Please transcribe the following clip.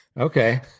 Okay